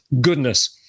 goodness